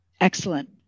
Excellent